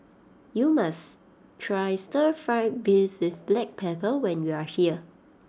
you must try Stir Fry Beef with Black Pepper when you are here